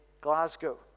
Glasgow